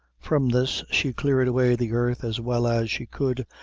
from this she cleared away the earth as well as she could,